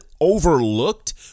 overlooked